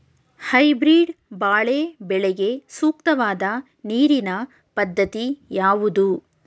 Hybrid ಬಾಳೆ ಬೆಳೆಗೆ ಸೂಕ್ತವಾದ ನೀರಿನ ಪದ್ಧತಿ ಯಾವುದು?